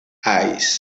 eyes